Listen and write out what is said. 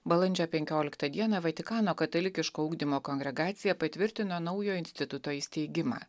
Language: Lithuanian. balandžio penkioliktą dieną vatikano katalikiško ugdymo kongregacija patvirtino naujo instituto įsteigimą